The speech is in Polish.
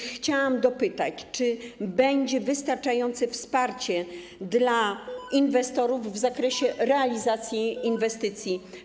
Chciałam dopytać, czy będzie wystarczające wsparcie dla inwestorów w zakresie realizacji inwestycji.